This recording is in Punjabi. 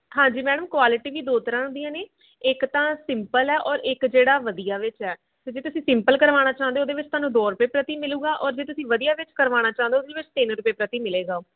ਹਾਂਜੀ ਮੈਡਮ ਕੁਆਲਿਟੀ ਵੀ ਦੋ ਤਰ੍ਹਾਂ ਦੀਆਂ ਨੇ ਇੱਕ ਤਾਂ ਸਿੰਪਲ ਹੈ ਔਰ ਇੱਕ ਜਿਹੜਾ ਵਧੀਆ ਵਿੱਚ ਹੈ ਅਤੇ ਜੇ ਤੁਸੀਂ ਸਿੰਪਲ ਕਰਵਾਉਣਾ ਚਾਹੁੰਦੇ ਉਹਦੇ ਵਿੱਚ ਤੁਹਾਨੂੰ ਦੋ ਰੁਪਏ ਪ੍ਰਤੀ ਮਿਲੂਗਾ ਔਰ ਜੇ ਤੁਸੀਂ ਵਧੀਆ ਵਿੱਚ ਕਰਵਾਉਣਾ ਚਾਹੁੰਦੇ ਹੋ ਉਸਦੇ ਵਿੱਚ ਤਿੰਨ ਰੁਪਏ ਪ੍ਰਤੀ ਮਿਲੇਗਾ